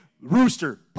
rooster